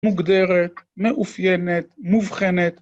מוגדרת, מאופיינת, מובחנת